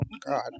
God